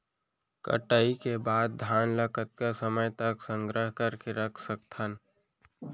कटाई के बाद धान ला कतका समय तक संग्रह करके रख सकथन?